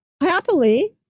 happily